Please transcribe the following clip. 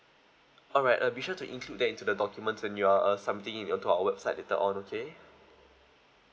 alright uh be sure to include that into the documents when you are uh submitting in into our website later on okay